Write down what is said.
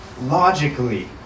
logically